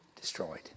destroyed